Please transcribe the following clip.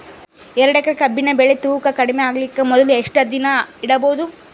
ಎರಡೇಕರಿ ಕಬ್ಬಿನ್ ಬೆಳಿ ತೂಕ ಕಡಿಮೆ ಆಗಲಿಕ ಮೊದಲು ಎಷ್ಟ ದಿನ ಇಡಬಹುದು?